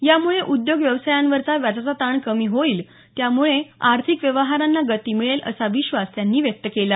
यामुळे उद्योग व्यवसायांवरचा व्याजाचा ताण कमी होईल त्यामुळे आर्थिक व्यवहारांना गती मिळेल असा विश्वास त्यांनी व्यक्त केला